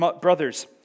brothers